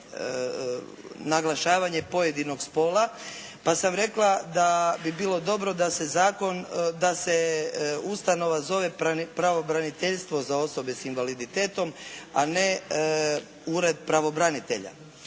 naglašavanje pojedinog spola, pa sam rekla da bi bilo dobro da se zakon, da se ustanova zove pravobraniteljstvo za osobe s invaliditetom, a ne ured pravobranitelja.